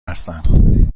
هستم